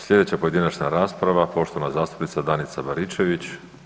Sljedeća pojedinačna rasprava poštovana zastupnica Danica Baričević.